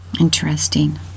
Interesting